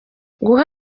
guha